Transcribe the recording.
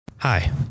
Hi